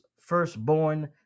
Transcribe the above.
firstborn